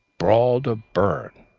brawled a burn,